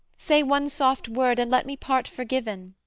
say one soft word and let me part forgiven